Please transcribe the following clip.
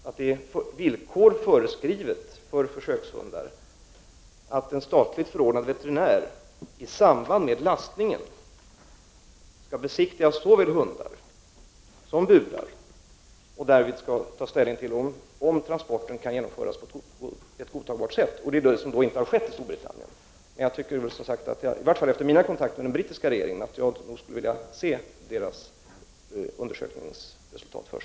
Det finns villkor föreskrivna för transport av försökshundar, som innebär att en statligt förordnad veterinär i samband med lastningen skall besiktiga såväl hundar som burar och därvid ta ställning till om transporten kan genomföras på ett godtagbart sätt. Så har alltså inte skett i Storbritannien, men efter mina kontakter med den brittiska regeringen tycker jag att jag först vill ta del av undersökningsresultatet.